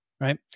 Right